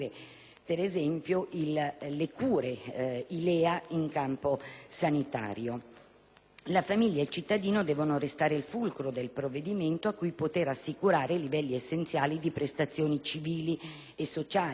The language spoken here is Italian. il vero termine di confronto. La famiglia e il cittadino devono restare il fulcro del provvedimento, a cui poter assicurare livelli essenziali di prestazioni civili e sociali,